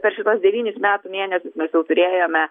per šituos devynis metų mėnesius mes jau turėjome